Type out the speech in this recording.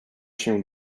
się